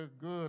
good